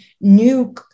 new